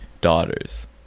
daughters